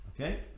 Okay